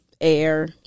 air